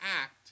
act